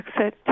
exit